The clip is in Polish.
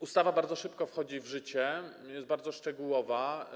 Ustawa bardzo szybko wchodzi w życie, jest bardzo szczegółowa.